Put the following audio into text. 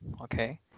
okay